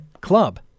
club